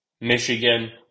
Michigan